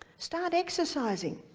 start exercising.